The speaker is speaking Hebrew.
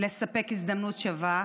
לספק הזדמנות שווה,